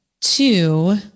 Two